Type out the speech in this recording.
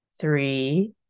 three